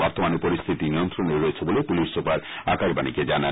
বর্তমানে পরিস্থিতি নিয়ন্ত্রণে রয়েছে বলে পুলিশ সুপার আকাশবাণীকে জানান